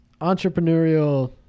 entrepreneurial